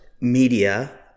Media